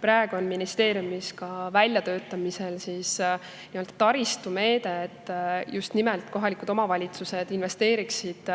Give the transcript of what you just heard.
Praegu on ministeeriumis väljatöötamisel taristumeede, et just nimelt kohalikud omavalitsused investeeriksid